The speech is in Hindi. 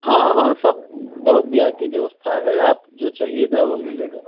हाँ हाँ सब बहुत बी आई पी दोस्त आ गए आप जो चहिएगा वह मिलेगा